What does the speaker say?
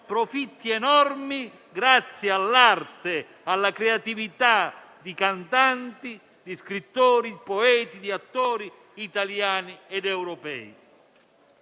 profitti enormi grazie all'arte e alla creatività di cantanti, scrittori, poeti e attori italiani ed europei.